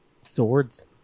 Swords